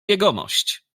jegomość